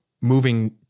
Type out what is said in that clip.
Moving